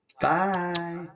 Bye